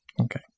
Okay